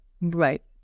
Right